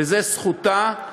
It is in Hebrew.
וזו זכותה,